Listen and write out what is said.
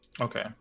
Okay